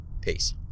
Peace